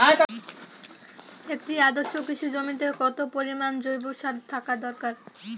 একটি আদর্শ কৃষি জমিতে কত পরিমাণ জৈব সার থাকা দরকার?